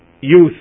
youth